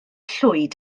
llwyd